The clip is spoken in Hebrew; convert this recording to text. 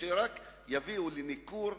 שרק יביאו לניכור,